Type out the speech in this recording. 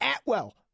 Atwell